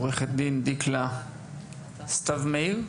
עורכת הדין דקלה סיתי מאיר,